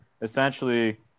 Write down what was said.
essentially